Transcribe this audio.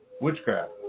witchcraft